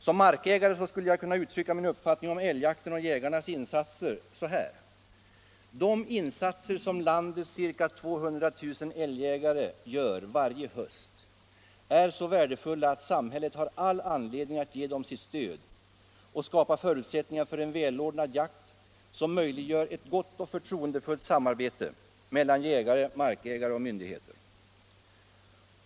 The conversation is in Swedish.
Som markägare skulle jag kunna uttrycka min uppfattning om älgjakten och jägarnas insatser så här: De insatser som landets ca 200 000 älgjägare gör varje höst är så värdefulla att samhället har all anledning att ge dem sitt stöd och skapa förutsättningar för en välordnad jakt som möjliggör ett gott och förtroendefullt samarbete mellan jägare, markägare och myndigheter.